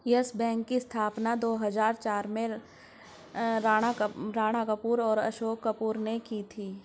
yes bank की स्थापना दो हजार चार में राणा कपूर और अशोक कपूर ने की थी